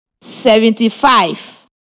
seventy-five